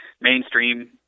mainstream